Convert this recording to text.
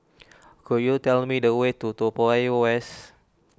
could you tell me the way to Toa Payoh West